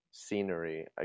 Scenery